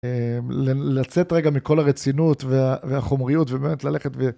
לצאת רגע מכל הרצינות והחומריות, באמת, ללכת ו...